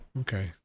okay